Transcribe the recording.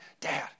Dad